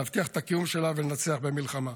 להבטיח את הקיום שלה ולנצח במלחמה.